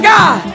God